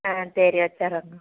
ஆ சரி வச்சிடுறேங்க